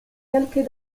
kelke